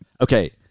Okay